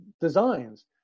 designs